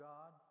God